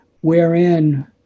wherein